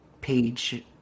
page